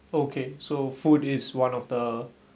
okay so food is one of the